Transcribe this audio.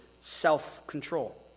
self-control